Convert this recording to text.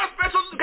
special